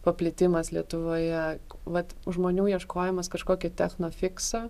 paplitimas lietuvoje vat žmonių ieškojimas kažkokio techno fikso